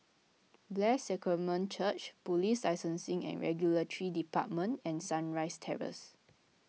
Blessed Sacrament Church Police Licensing and Regulatory Department and Sunrise Terrace